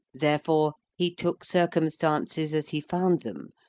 therefore, he took circumstances as he found them,